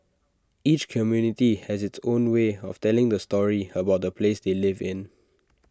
each community has its own way of telling the story about the place they live in